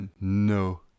No